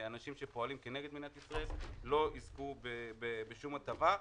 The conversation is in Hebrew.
שאנשים שפועלים כנגד מדינת ישראל לא יזכו בשום הטבה.